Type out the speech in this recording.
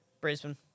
Brisbane